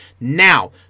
now